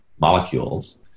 molecules